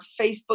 Facebook